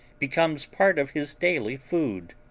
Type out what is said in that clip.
becomes part of his daily food.